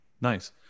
Nice